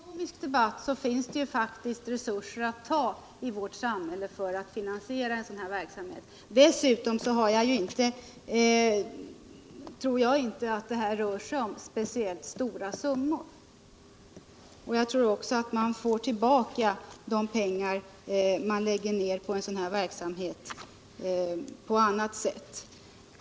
Herr talman! Om vi skall föra en ekonomisk debatt, så finns det ju faktiskt resurser att ta i vårt samhälle för att finansiera en sådan här verksamhet. Dessutom tror jag att det inte rör sig om särskilt stora summor. Jag tror också att man får tillbaka de pengar man lägger ned på sådan här verksamhet på annat sätt.